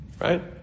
Right